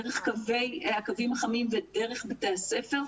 דרך הקווים החמים ודרך בתי הספר,